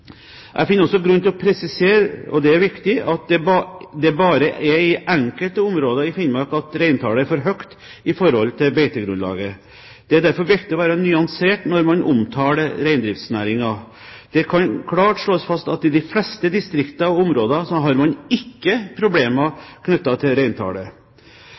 Jeg finner også grunn til å presisere – og det er viktig – at det bare er i enkelte områder i Finnmark at reintallet er for høyt i forhold til beitegrunnlaget. Det er derfor viktig å være nyansert når man omtaler reindriftsnæringen. Det kan klart slås fast at i de fleste distrikter og områder har man ikke problemer knyttet til reintallet.